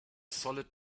solid